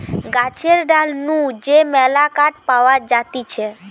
গাছের ডাল নু যে মেলা কাঠ পাওয়া যাতিছে